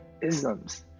isms